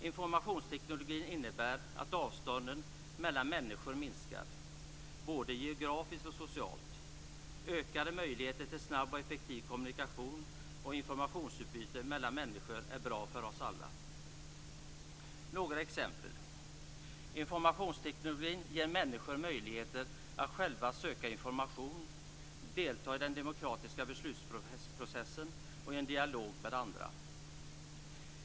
Informationstekniken innebär att avstånden mellan människor minskar både geografiskt och socialt. Ökade möjligheter till snabb och effektiv kommunikation och informationsutbyte mellan människor är bra för oss alla. Låt mig ta några exempel: Informationstekniken ger människor möjligheten att själva söka information och delta i den demokratiska beslutsprocessen i dialog med andra.